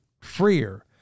freer